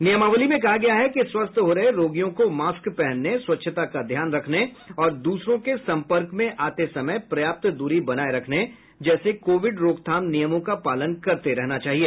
नियमावली में कहा गया है कि स्वस्थ हो रहे रोगियों को मास्क पहनने स्वच्छता का ध्यान रखने और दूसरों के संपर्क में आते समय पर्याप्त दूरी बनाए रखने जैसे कोविड रोकथाम नियमों का पालन करते रहना चाहिए